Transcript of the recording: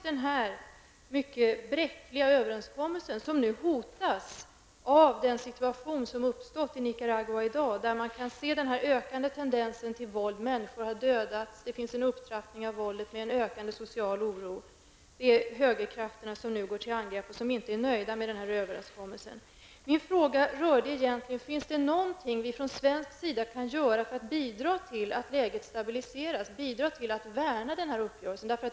Denna mycket bräckliga överenskommelse hotas nu av den situation som har uppstått i Nicaragua i dag. Man kan se en ökande tendens till våld, och människor har dödats. Det förekommer en upptrappning av våldet som medför en ökande social oro. Det är högerkrafterna som nu går till angrepp. De är inte nöjda med den här överenskommelsen. Min fråga rörde egentligen om det finns någonting som vi i Sverige kan göra för att bidra till att läget stabiliseras och för att värna den här uppgörelsen.